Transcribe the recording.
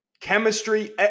chemistry